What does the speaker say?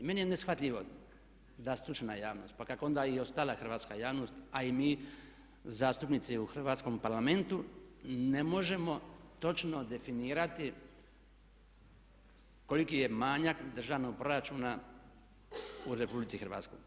Meni je neshvatljivo da stručna javnost, pa kako onda i ostala hrvatska javnost a i mi zastupnici u Hrvatskom parlamentu ne možemo točno definirati koliki je manjak državnog proračuna u Republici Hrvatskoj.